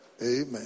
Amen